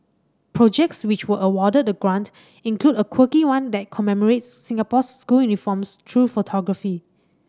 projects which were awarded the grant include a quirky one that commemorates Singapore's school uniforms through photography